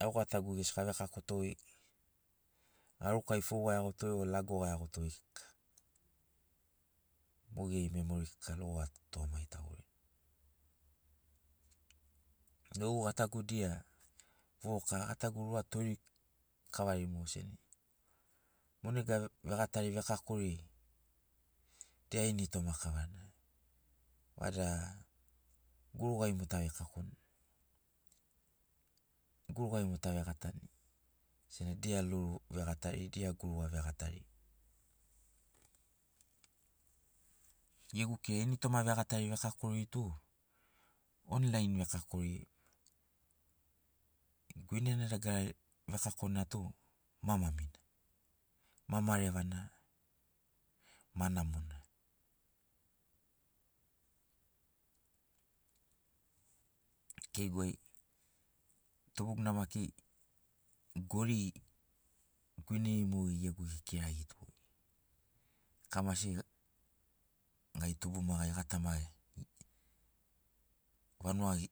au gatagu gesi avekakotogoi garukai fou gaeagoto o lago gaeagoto mogeri memori kika logo atugamagi tagorini no gatagu dia vovoka gatagu rua toiri kavari mo senagi mo nega vegatari vekakori dia ini toma kavana vada gurugai mo ta vekakoni gurugai mo ta vegatani sena dia loru vegatari dia guruga vegatari gegu kira ini toma vegatari vekakori tu onlain vekakori guinena dagarar vekakona tu ma mamina ma marevana ma namona keigu ai tubugu na maki gori guineri mogo gegu ekirarito kamasi gai tubuma gai gatama vanugai